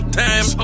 time